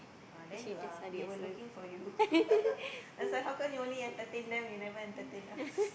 ah there you are we were looking for you I was like how come you only entertain them you never entertain us